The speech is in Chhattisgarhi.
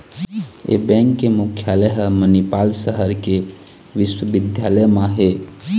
ए बेंक के मुख्यालय ह मनिपाल सहर के बिस्वबिद्यालय म हे